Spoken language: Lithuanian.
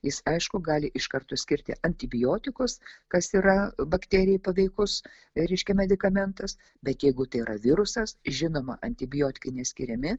jis aišku gali iš karto skirti antibiotikus kas yra bakterijai paveikus reiškia medikamentas bet jeigu tai yra virusas žinoma antibiotikai neskiriami